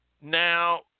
Now